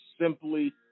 simply